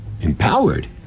empowered